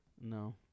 No